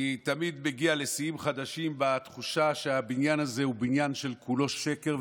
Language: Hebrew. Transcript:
אני תמיד מגיע לשיאים חדשים בתחושה שהבניין הזה הוא בניין שכולו שקר,